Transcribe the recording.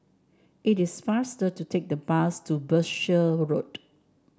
it is faster to take the bus to Berkshire Road